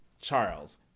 Charles